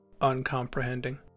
uncomprehending